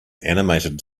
animated